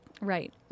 Right